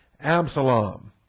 Absalom